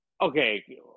Okay